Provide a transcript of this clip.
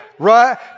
Right